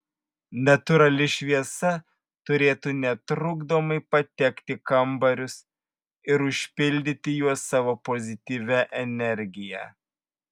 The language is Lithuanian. natūrali šviesa turėtų netrukdomai patekti į kambarius ir užpildyti juos savo pozityvia energija